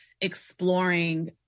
exploring